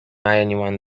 anyone